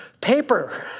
Paper